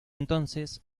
entonces